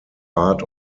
art